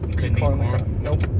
Nope